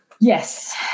Yes